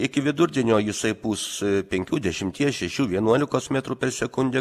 iki vidurdienio jisai pūs penkių dešimties šešių vienuolikos metrų per sekundę